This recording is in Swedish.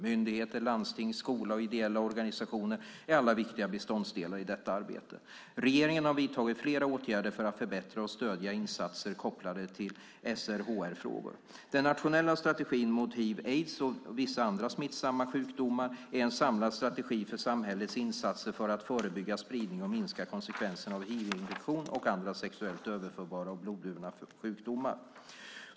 Myndigheter, landsting, skola och ideella organisationer är alla viktiga beståndsdelar i detta arbete. Regeringen har vidtagit flera åtgärder för att förbättra och stödja insatser kopplade till SRHR-frågor. Den nationella strategin mot hiv/aids och vissa andra smittsamma sjukdomar är en samlad strategi för samhällets insatser för att förebygga spridning och minska konsekvenserna av hivinfektion och andra sexuellt överförbara och blodburna sjukdomar.